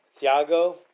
Thiago